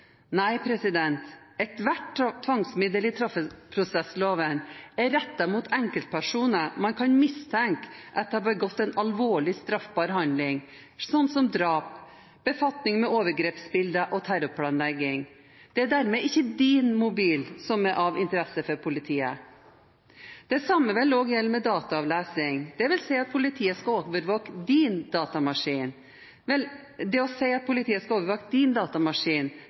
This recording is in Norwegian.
Nei, ethvert tvangsmiddel i straffeprosessloven er rettet mot enkeltpersoner man kan mistenke har begått en alvorlig straffbar handling, slik som drap, befatning med overgrepsbilder og terrorplanlegging. Det er dermed ikke din mobil som er av interesse for politiet. Det samme vil også gjelde dataavlesning. Det å si at politiet skal overvåke din datamaskin, vil dermed heller ikke være riktig. Det er ikke en form for masseovervåking. Politiet skal med rettens godkjennelse bare kunne overvåke